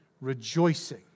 rejoicing